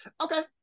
Okay